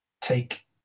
take